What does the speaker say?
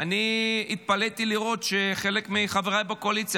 אני התפלאתי לראות שחלק מחברי בקואליציה